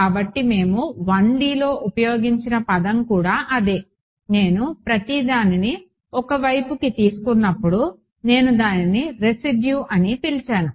కాబట్టి మేము 1Dలో ఉపయోగించిన పదం కూడా అదే నేను ప్రతిదానిని 1 వైపుకు తీసుకున్నప్పుడు నేను దానిని రెసిడ్యు అని పిలిచాను